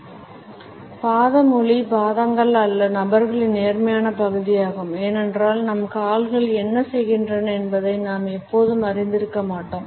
ஐப் பார்க்கவும் பாத மொழி பாதங்கள் அந்த நபரின் நேர்மையான பகுதியாகும் ஏனென்றால் நம் கால்கள் என்ன செய்கின்றன என்பதை நாம் எப்போதும் அறிந்திருக்க மாட்டோம்